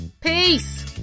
Peace